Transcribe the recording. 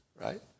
right